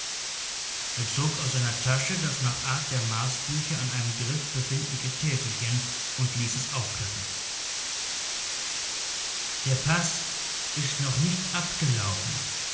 er zog aus seiner tasche das nach art der marsbücher an einem griff befindliche täfelchen und ließ es aufklappen der paß ist noch nicht abgelaufen